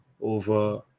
over